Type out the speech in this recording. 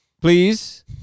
Please